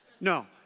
No